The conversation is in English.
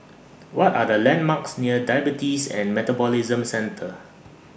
What Are The landmarks near Diabetes and Metabolism Centre